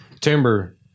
timber